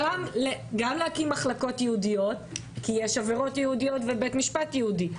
להקים מחלקות ייעודיות כי יש עבירות ייעודיות ובית משפט ייעודי?